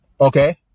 Okay